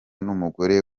n’umugore